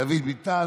דוד ביטן,